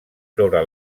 sobre